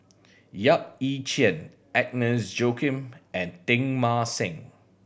Yap Ee Chian Agnes Joaquim and Teng Mah Seng